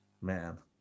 man